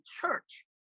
church